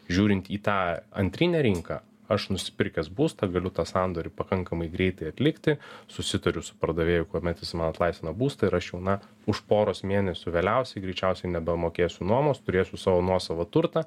žiūrint į tą antrinę rinką aš nusipirkęs būstą galiu tą sandorį pakankamai greitai atlikti susitariu su pardavėju kuomet jis man atlaisvina būstą ir aš jau na už poros mėnesių vėliausiai greičiausiai nebemokėsiu nuomos turėsiu savo nuosavą turtą